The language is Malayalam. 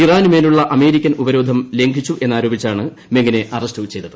ഇറാനുമേലുള്ള അമേരിക്കൻ ഉപരോധം ലംഘിച്ചെന്നാരോപിച്ചാണ് മെങിനെ അറസ്റ്റ് ചെയ്യപ്പെട്ടത്